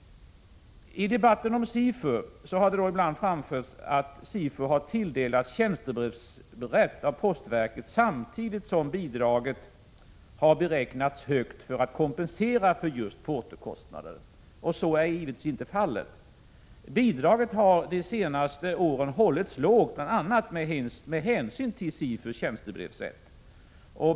I debatten om SIFU har ibland framförts att SIFU har tilldelats tjänstebrevsrätt av postverket samtidigt som bidraget till SIFU har beräknats högt för att kompensera för just portokostnader. Så är givetvis inte fallet. Bidraget har under de senaste åren hållits lågt, bl.a. med hänsyn till SIFU:s tjänstebrevsrätt.